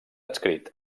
adscrit